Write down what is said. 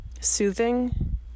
soothing